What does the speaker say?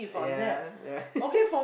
yeah yeah